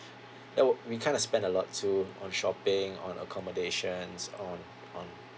that wa~ we kind of spent a lot too on shopping on accommodations on on